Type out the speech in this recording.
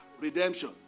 Redemption